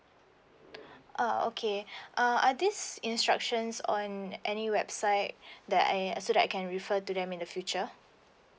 ah okay uh are these instructions on any website that I so that I can refer to them in the future